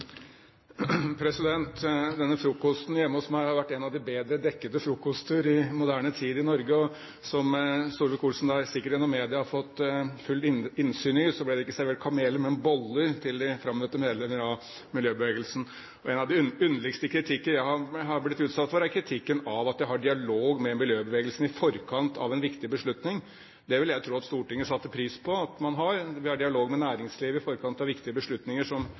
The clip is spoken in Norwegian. Denne frokosten hjemme hos meg har vært en av de bedre dekkede frokoster i moderne tid i Norge. Som Solvik-Olsen – sikkert gjennom media – har fått fullt innsyn i, ble det ikke servert kameler, men boller til de frammøtte medlemmer av miljøbevegelsen. En av de underligste kritikker jeg har blitt utsatt for, er kritikken av at jeg har dialog med miljøbevegelsen i forkant av en viktig beslutning. Det ville jeg tro at Stortinget satte pris på at man har. Vi har dialog med næringslivet i forkant av viktige beslutninger